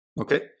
okay